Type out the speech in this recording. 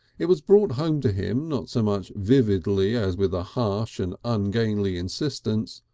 it was brought home to him, not so much vividly as with harsh and ungainly insistence,